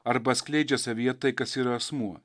arba skleidžia savyje tai kas yra asmuo